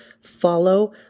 Follow